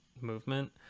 movement